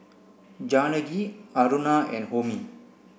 Janaki Aruna and Homi